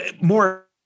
more